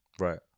Right